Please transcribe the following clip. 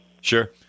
Sure